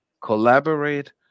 collaborate